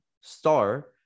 star